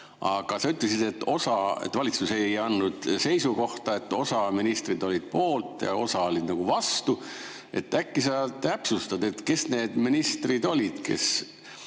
Aga sa ütlesid, et valitsus ei andnud seisukohta, osa ministreid oli poolt ja osa oli vastu. Äkki sa täpsustad, et kes need ministrid olid, kes